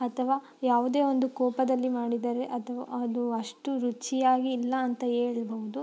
ಅಥವಾ ಯಾವುದೇ ಒಂದು ಕೋಪದಲ್ಲಿ ಮಾಡಿದರೆ ಅದು ಅದು ಅಷ್ಟು ರುಚಿಯಾಗಿ ಇಲ್ಲ ಅಂತ ಹೇಳ್ಬೋದು